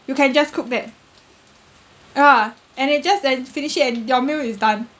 you can just cook that yeah and it just then finished it and your meal is done